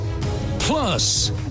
Plus